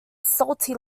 salty